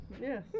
Yes